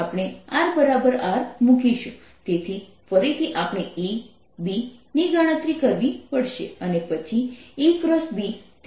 તેથી ફરીથી આપણે E B ની ગણતરી કરવી પડશે અને પછી E× B